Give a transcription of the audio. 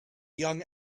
young